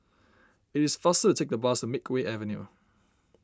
it is faster to take the bus to Makeway Avenue